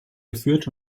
geführt